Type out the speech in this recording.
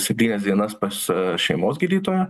septynias dienas pas šeimos gydytoją